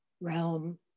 realm